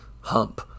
hump